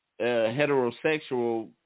heterosexual